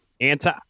anti-